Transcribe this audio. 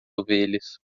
ovelhas